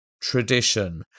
tradition